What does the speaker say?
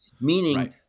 Meaning